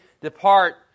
depart